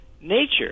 Nature